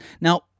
Now